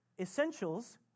Essentials